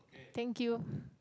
thank you